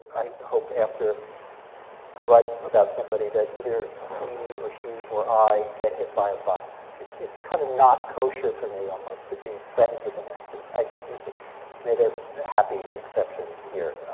i hope, after i write about somebody that either he or she or i get hit by a bus. it's it's kind of not kosher for me, almost, to be friends with them after. i made a happy exception here,